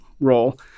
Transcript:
role